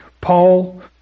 Paul